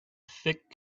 thick